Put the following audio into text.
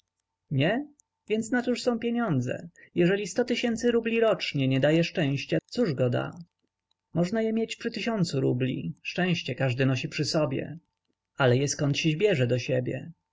nie więc nacóż są pieniądze jeżeli sto tysięcy rubli rocznie nie daje szczęścia cóż go da można je mieć przy tysiącu rubli szczęście każdy nosi w sobie ale je zkądsić bierze do siebie